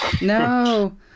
No